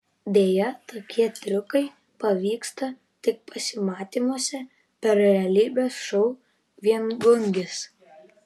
deja tokie triukai pavyksta tik pasimatymuose per realybės šou viengungis